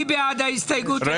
מי בעד קבלת ההסתייגות?